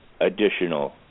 additional